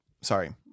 sorry